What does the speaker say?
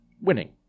winning